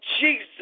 Jesus